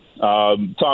Tom